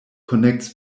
connects